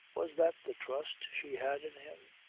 was that the trust she had in him?